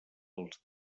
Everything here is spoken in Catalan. els